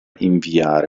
inviare